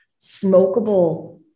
smokable